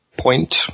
point